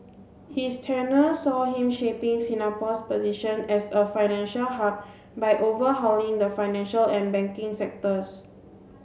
his tenure saw him shaping Singapore's position as a financial hub by overhauling the financial and banking sectors